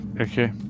Okay